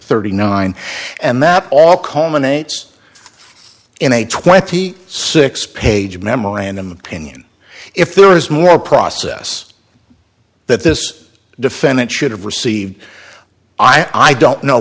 thirty nine and that all call minutes in a twenty six page memorandum opinion if there is more process that this defendant should have received i don't know